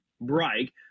break